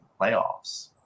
playoffs